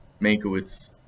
Mankiewicz